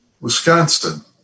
Wisconsin